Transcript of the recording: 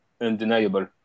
undeniable